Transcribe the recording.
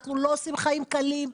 אנחנו לא עושים חיים קלים,